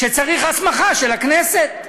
שצריך הסמכה של הכנסת.